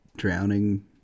drowning